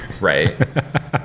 right